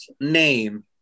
name